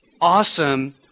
awesome